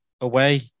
away